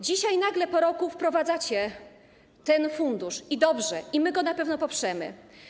Dzisiaj nagle, po roku, wprowadzacie ten fundusz, i dobrze, i my go na pewno poprzemy.